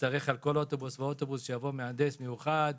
נצטרך על כל אוטובוס ואוטובוס שיבוא מהנדס מיוחד,